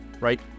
right